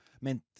meant